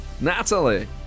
Natalie